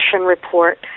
report